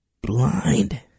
Blind